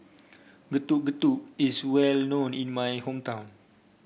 Getuk Getuk is well known in my hometown